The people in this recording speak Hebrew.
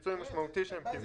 פיצוי משמעותי שהם קיבלו.